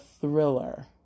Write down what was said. thriller